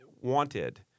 wanted